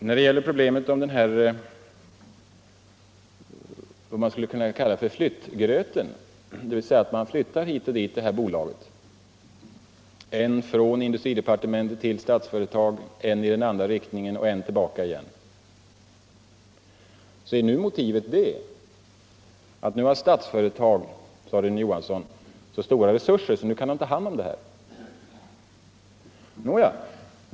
När det gäller det som man skulle kunna kalla flyttgröten — dvs. att man flyttade Utvecklingsbolaget hit och dit, än från industridepartementet till Statsföretag, än i den andra riktningen och än tillbaka igen —- är nu motivet, sade Rune Johansson, att Statsföretag har så stora resurser att det kan ta hand om Utvecklingsbolaget.